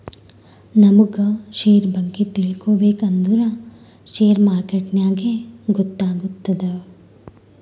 ನಮುಗ್ ಶೇರ್ ಬಗ್ಗೆ ತಿಳ್ಕೋಬೇಕ್ ಅಂದುರ್ ಶೇರ್ ಮಾರ್ಕೆಟ್ನಾಗೆ ಗೊತ್ತಾತ್ತುದ